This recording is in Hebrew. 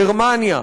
גרמניה,